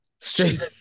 Straight